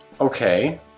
Okay